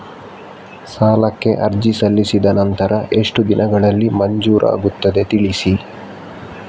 ಸಾಲಕ್ಕೆ ಅರ್ಜಿ ಸಲ್ಲಿಸಿದ ನಂತರ ಎಷ್ಟು ದಿನಗಳಲ್ಲಿ ಮಂಜೂರಾಗುತ್ತದೆ ತಿಳಿಸಿ?